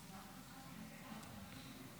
מאת חבר הכנסת עידן רול,